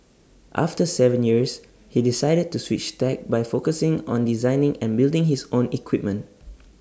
after Seven years he decided to switch tack by focusing on designing and building his own equipment